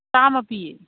ꯆꯥꯝꯃ ꯄꯤꯌꯦ